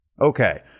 Okay